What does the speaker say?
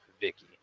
Vicky